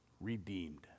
Redeemed